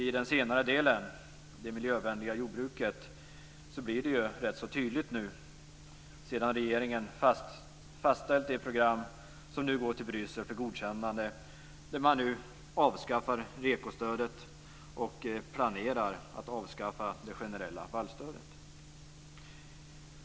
I den senare delen, det miljövänliga jordbruket, blir det ju rätt tydligt nu sedan regeringen fastställt det program som nu går till Bryssel för godkännande där man avskaffar REKO-stödet och planerar att avskaffa det generella vallstödet.